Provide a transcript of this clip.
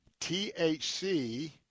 THC